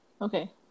Okay